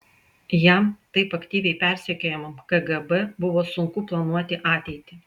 jam taip aktyviai persekiojamam kgb buvo sunku planuoti ateitį